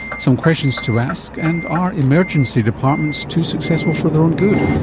some questions to ask, and are emergency departments too successful for their own good?